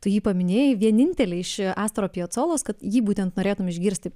tu jį paminėjai vienintelį iš astoro piacolos kad jį būtent norėtum išgirsti